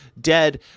dead